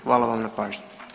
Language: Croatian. Hvala vam na pažnji.